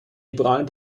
liberalen